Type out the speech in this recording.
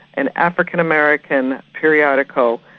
an african-american periodical,